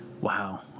Wow